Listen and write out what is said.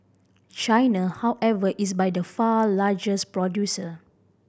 China however is by the far largest producer